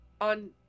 on